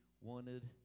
wanted